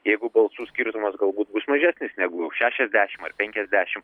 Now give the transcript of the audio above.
jeigu balsų skirtumas galbūt bus mažesnis negu šešiasdešim ar penkiasdešim